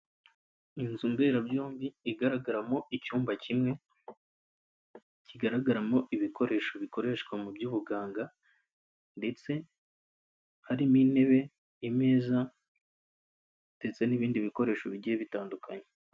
Inzu mberabyombi igaragaramo icyumba kimwe, kigaragaramo ibikoresho bikoreshwa mu by'ubuganga ndetse harimo intebe, imeza ndetse n'ibindi bikoresho bigiye bitandukanye.